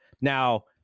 Now